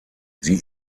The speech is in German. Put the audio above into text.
sie